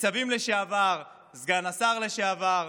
ניצבים לשעבר, סגן השר לשעבר,